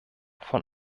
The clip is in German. von